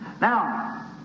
Now